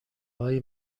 های